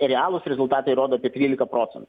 realūs rezultatai rodo tie trylika procentų